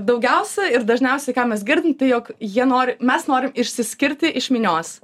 daugiausia ir dažniausiai ką mes girdim jog jie nori mes norim išsiskirti iš minios